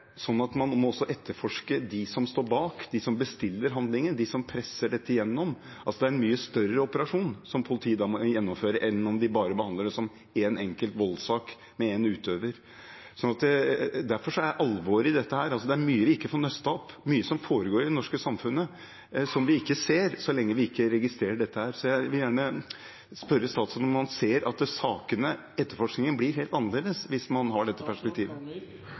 som én enkelt voldssak med én utøver. Derfor er alvoret i dette at det er mye vi ikke får nøstet opp og mye som foregår i det norske samfunnet som vi ikke ser, så lenge vi ikke registrer dette. Jeg vil gjerne spørre statsråden om han ser at sakene og etterforskningen blir helt annerledes hvis man har dette perspektivet.